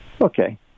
Okay